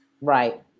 Right